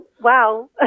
wow